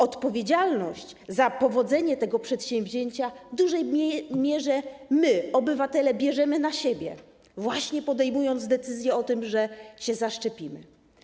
Odpowiedzialność za powodzenie tego przedsięwzięcia w dużej mierze my, obywatele, bierzemy na siebie, właśnie podejmując decyzję o tym, że się zaszczepimy.